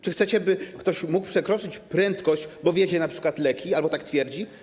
Czy chcecie, by ktoś mógł przekroczyć prędkość, bo wiezie np. leki albo tak twierdzi?